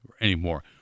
anymore